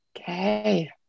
Okay